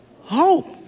hope